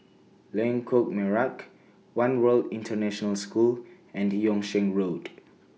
Lengkok Merak one World International School and Yung Sheng Road